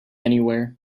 anywhere